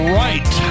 right